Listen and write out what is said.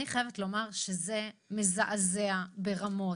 אני חייבת לומר שזה מזעזע ברמות.